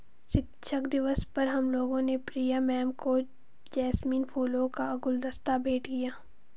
शिक्षक दिवस पर हम लोगों ने प्रिया मैम को जैस्मिन फूलों का गुलदस्ता भेंट किया